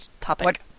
topic